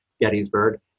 Gettysburg